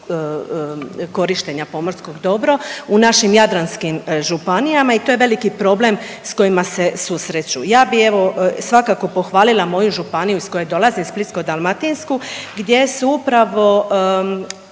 korištenja pomorskog dobro u našim jadranskim županijama i to je veliki problem s kojima se susreću. Ja bi evo svakako pohvalila moju županiju iz koje dolazim Splitsko-dalmatinsku gdje su upravo,